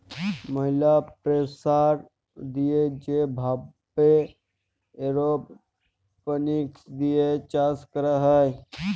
ম্যালা প্রেসার দিয়ে যে ভাবে এরওপনিক্স দিয়ে চাষ ক্যরা হ্যয়